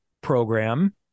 program